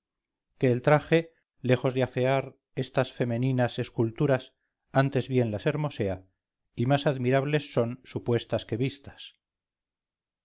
que el traje lejos de afear estas femeninas esculturas antes bien las hermosea y más admirables son supuestas que vistas